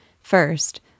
First